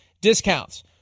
discounts